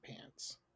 pants